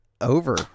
over